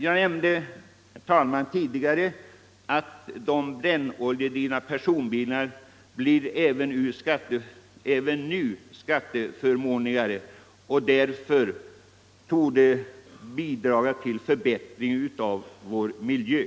Jag nämnde tidigare att brännoljedrivna personbilar även i fortsättningen blir förmånligare ur skattesynpunkt. Detta torde komma att bidra till en förbättring av vår miljö.